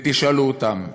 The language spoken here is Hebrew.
ותשאלו אותן,